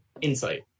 Insight